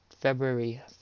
February